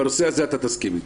בנושא הזה אתה תסכים איתי.